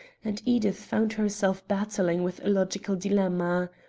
and edith found herself battling with a logical dilemma.